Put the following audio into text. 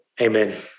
Amen